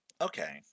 okay